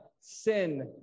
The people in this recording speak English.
sin